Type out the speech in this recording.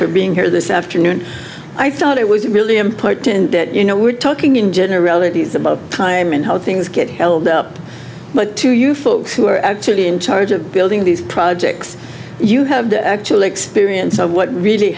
for being here this afternoon i thought it was really important that you know we're talking in generalities about time and how things get held up but to you folks who are actively in charge of building these projects you have the actual experience of what really